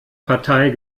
partei